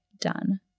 done